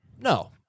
No